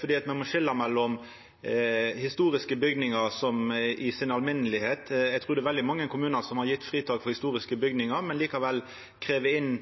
for me må skilja mellom historiske bygningar sånn i si alminnelegheit. Eg trur det er veldige mange kommunar som har gjeve fritak for historiske bygningar, men likevel krev inn